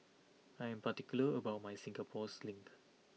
I am particular about my Singapore Sling